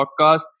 podcast